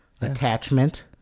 attachment